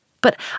But